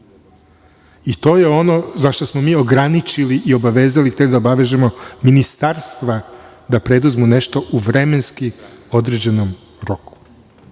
To je ono zašto smo mi ograničili i obavezali tek da obavežemo ministarstva da preduzmu nešto u vremenski određenom roku.